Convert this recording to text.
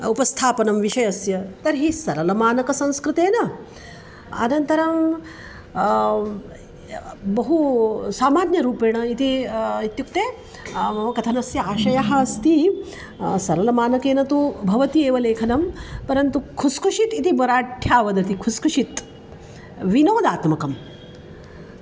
उपस्थापनं विषयस्य तर्हि सरलमानकसंस्कृतेन अनन्तरं बहु सामान्यरूपेण इति इत्युक्ते मम कथनस्य आशयः अस्ति सरलमानकेन तु भवति एव लेखनं परन्तु खुस्कुषित् इति मराठ्या वदति खुस्कुषित् विनोदात्मकम्